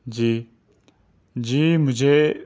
جی جی مجھے